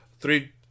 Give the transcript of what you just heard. three